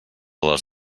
les